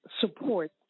support